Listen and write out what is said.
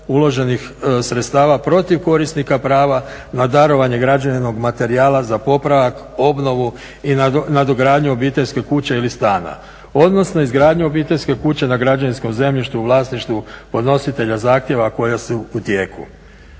uloženih sredstava protiv korisnika prava na darovanje građevinskog materijala za popravak, obnovu i nadogradnju obiteljske kuće ili stana, odnosno izgradnju obiteljske kuće na građevinskom zemljištu u vlasništvu podnositelja zahtjeva koja su u tijeku.